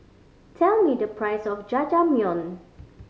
tell me the price of Jajangmyeon